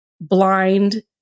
blind